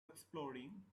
exploring